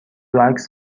عکس